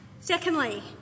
Secondly